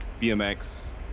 BMX